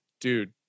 Dude